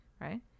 Right